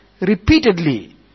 repeatedly